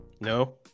No